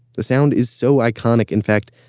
the sound is so iconic, in fact,